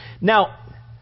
Now